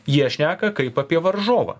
jie šneka kaip apie varžovą